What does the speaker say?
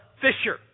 fisher